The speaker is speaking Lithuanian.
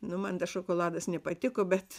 nu man tas šokoladas nepatiko bet